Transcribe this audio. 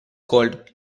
called